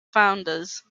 founders